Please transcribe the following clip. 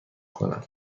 کنم